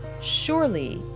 Surely